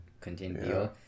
continue